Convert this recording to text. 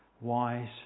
Wise